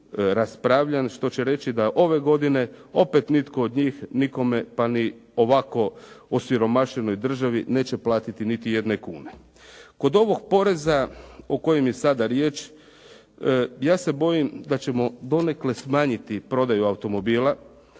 što će reći da ove godine opet nitko od njih kome pa ni ovako osiromašenoj državi neće platiti niti jedne kune. Kod ovog poreza o kojem je sada riječ ja se bojim kad ćemo donekle smanjiti prodaju automobila